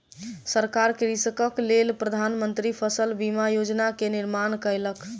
सरकार कृषकक लेल प्रधान मंत्री फसल बीमा योजना के निर्माण कयलक